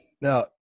Now